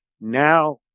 now